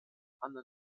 anne